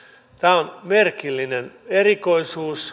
tämä on merkillinen erikoisuus